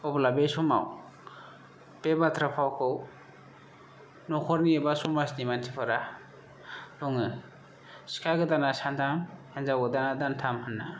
अब्ला बे समाव बे बाथ्रा फावखौ न'खरनि एबा समाजनि मानसिफोरा बुङो सिखा गोदाना सानथाम हिनजाव गोदाना दानथाम होनना